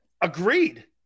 agreed